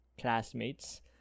classmates